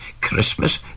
Christmas